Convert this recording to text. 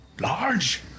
large